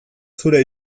zure